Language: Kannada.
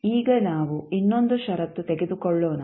ಈಗ ನಾವು ಇನ್ನೊಂದು ಷರತ್ತು ತೆಗೆದುಕೊಳ್ಳೋಣ